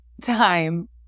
time